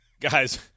Guys